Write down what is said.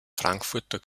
frankfurter